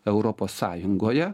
europos sąjungoje